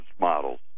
models